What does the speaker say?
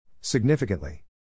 Significantly